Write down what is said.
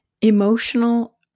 Emotional